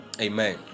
amen